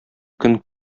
көн